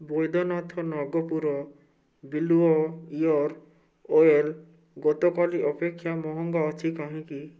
ବୈଦ୍ୟନାଥ ନାଗପୁର ବିଲ୍ୱ ear oil ଗତକାଲି ଅପେକ୍ଷା ମହଙ୍ଗା ଅଛି କାହିଁକି